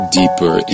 deeper